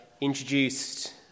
introduced